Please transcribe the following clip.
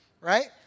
right